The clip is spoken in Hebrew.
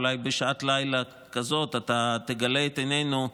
ואולי בשעת לילה כזאת אתה תגלה את עינינו,